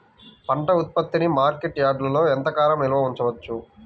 పంట ఉత్పత్తిని మార్కెట్ యార్డ్లలో ఎంతకాలం నిల్వ ఉంచవచ్చు?